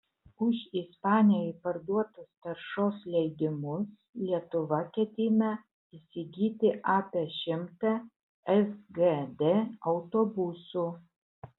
už ispanijai parduotus taršos leidimus lietuva ketina įsigyti apie šimtą sgd autobusų